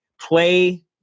play